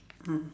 mm